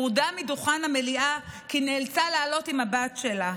הורדה מדוכן המליאה כי נאלצה לעלות עם הבת שלה.